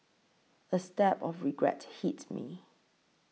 a stab of regret hit me